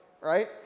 right